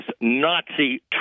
Nazi